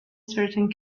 certain